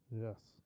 Yes